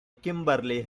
kimberly